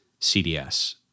CDS